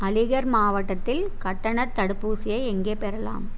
அலிகர் மாவட்டத்தில் கட்டணத் தடுப்பூசியை எங்கே பெறலாம்